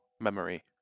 memory